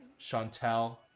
Chantel